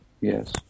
yes